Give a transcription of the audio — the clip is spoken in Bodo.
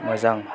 मोजां